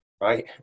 right